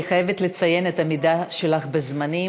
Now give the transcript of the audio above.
אני חייבת לציין את העמידה שלך בזמנים.